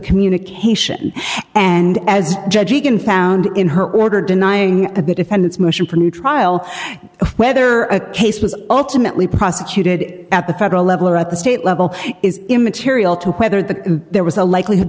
communication and as judge egan found in her order denying a defendant's motion for a new trial whether a case was ultimately prosecuted at the federal level or at the state level is immaterial to whether the there was a likelihood